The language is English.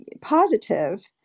positive